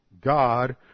God